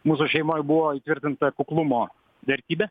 mūsų šeimoj buvo įtvirtinta kuklumo vertybė